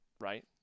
right